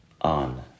on